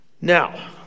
Now